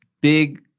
big